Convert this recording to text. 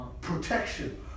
protection